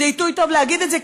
זה עיתוי טוב להגיד את זה,